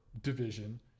division